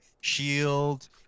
Shield